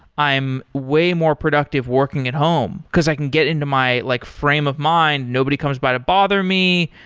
i am way more productive working at home, because i can get into my like frame of mind. nobody comes by to bother me.